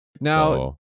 Now